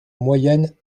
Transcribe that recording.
moyenne